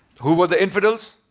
who were the infidels?